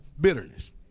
bitterness